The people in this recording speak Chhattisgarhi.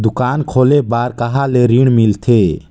दुकान खोले बार कहा ले ऋण मिलथे?